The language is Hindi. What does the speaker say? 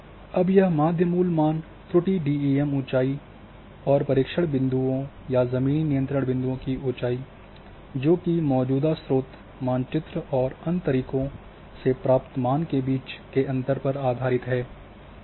अब यह माध्य मूल मान त्रुटि डीईएम ऊंचाई और परीक्षण बिंदुओं या ज़मीनी नियंत्रण बिंदुओं की ऊंचाई जबकि मौजूदा स्रोत मानचित्र और अन्य तरीक़ों प्राप्त मान के बीच के अंतर पर आधारित है